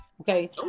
Okay